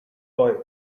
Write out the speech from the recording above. boy